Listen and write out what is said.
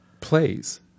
plays